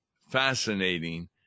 fascinating